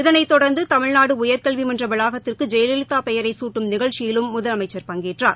இதனை தொடர்ந்து தமிழ்நாடு உயர்க்கல்வி மன்ற வளாகத்திற்கு ஜெயலலிதா பெயரை குட்டும் நிகழ்ச்சியிலும் முதலமைச்சர் பங்கேற்றார்